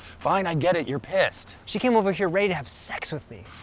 fine, i get it. you're pissed. she came over here ready to have sex with me.